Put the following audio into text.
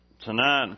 Tonight